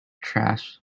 trash